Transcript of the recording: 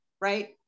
right